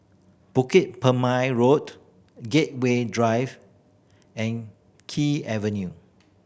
Bukit Purmei Road Gateway Drive and Kew Avenue